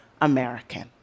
American